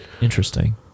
Interesting